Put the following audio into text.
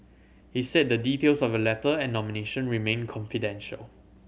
he said the details of the letter and nomination remain confidential